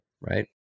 right